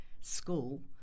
school